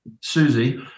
Susie